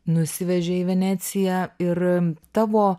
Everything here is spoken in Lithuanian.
nusivežė į veneciją ir tavo